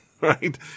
right